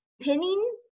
Pinning